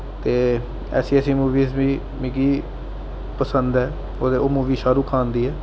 ते ऐसी ऐसी मूवियां बी मिगी पसंद न ओह् ते ओह् मूवी शाह्रुख खान दी ऐ